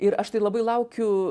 ir aš tai labai laukiu